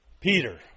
Peter